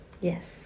Yes